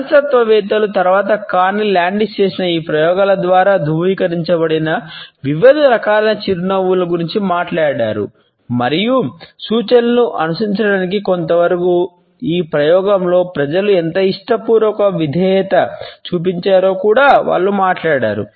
మనస్తత్వవేత్తలు తరువాత Carney Landis చేసిన ఈ ప్రయోగాల ద్వారా ధృవీకరించబడిన వివిధ రకాలైన చిరునవ్వుల గురించి మాట్లాడారు మరియు సూచనలను అనుసరించడానికి కొంతవరకు ఈ ప్రయోగంలో ప్రజలు ఎంత ఇష్టపూర్వకంగా విధేయత చూపించారో కూడా వారు మాట్లాడారు